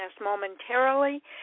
momentarily